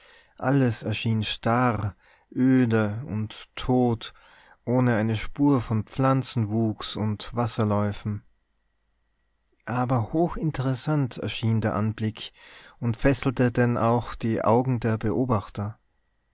alles erschien starr öde und tot ohne eine spur von pflanzenwuchs und wasserläufen aber hochinteressant erschien der anblick und fesselte denn auch die augen der beobachter